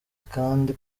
kandi